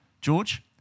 George